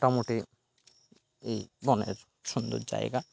মোটামুটি এই বনের সুন্দর জায়গা